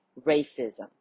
racism